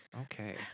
Okay